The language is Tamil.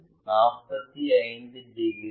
மற்றும் இது 55 டிகிரி